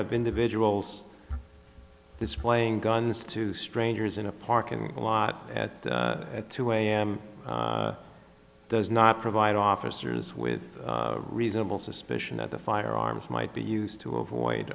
of individuals displaying guns to strangers in a parking lot at two am does not provide officers with reasonable suspicion that the firearms might be used to avoid